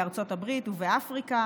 בארצות הברית ובאפריקה.